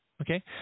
okay